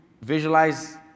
visualize